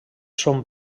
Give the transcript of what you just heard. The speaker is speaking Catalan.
són